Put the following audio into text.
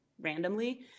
randomly